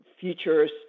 futures